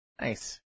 Nice